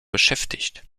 beschäftigt